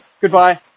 Goodbye